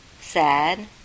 sad